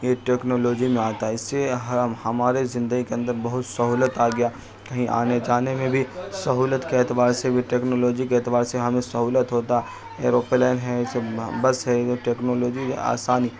یہ ٹیکنالوجی میں آتا ہے اس سے ہمارے زندگی کے اندر بہت سہولت آ گیا کہیں آنے جانے میں بھی سہولت کے اعتبار سے بھی ٹیکنالوجی کے اعتبار سے ہمیں سہولت ہوتا ایروپلین ہے یہ سب بس ہے یہ جو ٹیکنالوجی آسانی